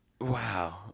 wow